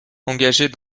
engagés